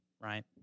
right